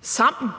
sammen.